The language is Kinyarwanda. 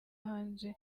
hanze